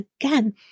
again